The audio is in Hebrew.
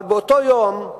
אבל באותו יום,